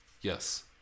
Yes